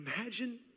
imagine